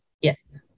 Yes